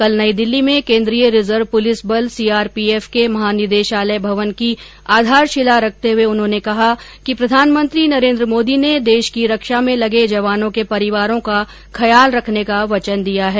कल नई दिल्ली में केन्द्रीय रिजर्व पुलिस बल सीआरपीएफ के महानिदेशालय भवन की आधारशिला रखते हुए उन्होंने कहा कि प्रधानमंत्री नरेन्द्र मोदी ने देश की रक्षा में लगे जवानों के परिवारों का ख्याल रखने का वचन दिया है